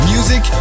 Music